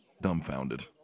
dumbfounded